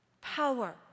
power